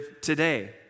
today